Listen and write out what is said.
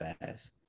fast